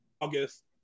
August